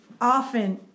often